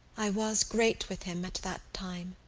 i was great with him at that time,